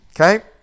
Okay